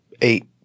eight